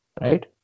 right